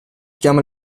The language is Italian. chiama